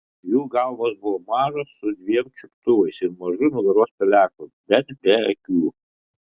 jų galvos buvo mažos su dviem čiuptuvais ir mažu nugaros peleku bet be akių